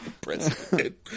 president